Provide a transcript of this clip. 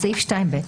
בסעיף 2(ב),